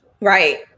Right